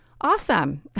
Awesome